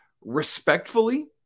respectfully